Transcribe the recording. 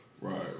Right